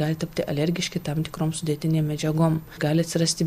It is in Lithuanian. gali tapti alergiški tam tikrom sudėtinėm medžiagom gali atsirasti